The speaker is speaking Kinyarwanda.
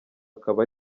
akaba